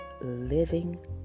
living